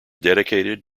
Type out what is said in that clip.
dedicated